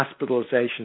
hospitalizations